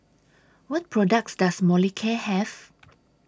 What products Does Molicare Have